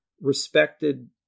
respected